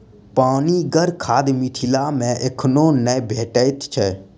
पनिगर खाद मिथिला मे एखनो नै भेटैत छै